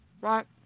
right